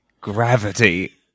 gravity